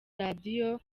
radio